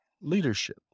leadership